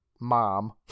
Mom